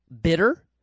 bitter